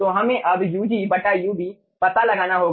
तो हमें अब ug बटा ub पता लगाना होगा